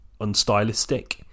unstylistic